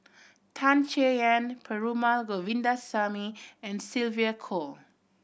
Tan Chay Yan Perumal Govindaswamy and Sylvia Kho